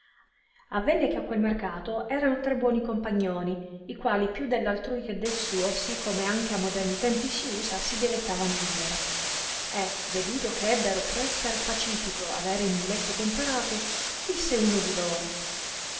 avenne che a quel mercato erano tre buoni compagnoni i quali più dell altrui che del suo sì come anche a moderni tempi si usa si dilettavano vivere e veduto che ebbero pre scarpacifico avere il muletto comperato disse uno di loro